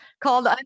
called